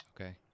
Okay